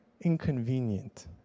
inconvenient